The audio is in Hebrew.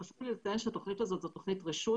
חשוב לי לציין שהתוכנית הזו היא תוכנית רשות,